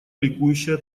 ликующая